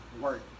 work